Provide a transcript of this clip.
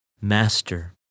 Master